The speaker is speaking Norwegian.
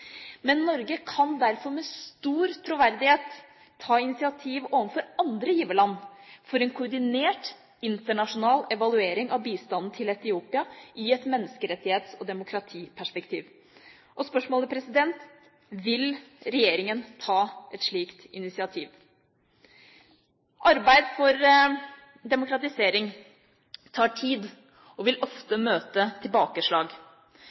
Men Norge kan derfor med stor troverdighet ta initiativ overfor andre giverland til en koordinert, internasjonal evaluering av bistand til Etiopia i et menneskerettighets- og demokratiperspektiv. Spørsmålet er: Vil regjeringa ta et slikt initiativ? Arbeid for demokratisering tar tid og vil ofte møte tilbakeslag.